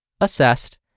assessed